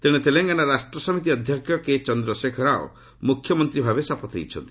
ତେଶେ ତେଲେଙ୍ଗାନା ରାଷ୍ଟସମିତି ଅଧ୍ୟକ୍ଷ କେ ଚନ୍ଦ୍ରଶେଖର ରାଓ ମୁଖ୍ୟମନ୍ତ୍ରୀ ଭାବେ ଶପଥ ନେଇଛନ୍ତି